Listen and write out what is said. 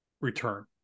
return